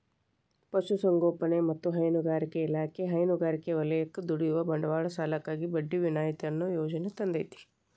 ಪಶುಸಂಗೋಪನೆ ಮತ್ತ ಹೈನುಗಾರಿಕಾ ಇಲಾಖೆ ಹೈನುಗಾರಿಕೆ ವಲಯಕ್ಕ ದುಡಿಯುವ ಬಂಡವಾಳ ಸಾಲಕ್ಕಾಗಿ ಬಡ್ಡಿ ವಿನಾಯಿತಿ ಅನ್ನೋ ಯೋಜನೆ ತಂದೇತಿ